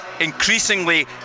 increasingly